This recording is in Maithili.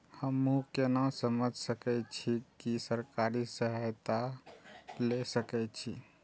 हमू केना समझ सके छी की सरकारी सहायता ले सके छी?